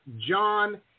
John